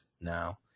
now